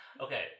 Okay